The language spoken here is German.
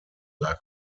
lag